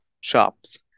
shops